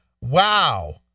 wow